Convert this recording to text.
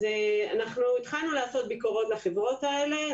אז התחלנו לעשות ביקורות לחברות האלה.